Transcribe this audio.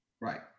right